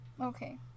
Okay